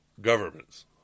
governments